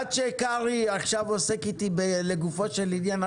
עד שקרעי עכשיו עוסק איתי לגופו של עניין,